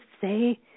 say